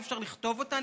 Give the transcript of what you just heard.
אי-אפשר לכתוב אותם,